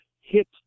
hit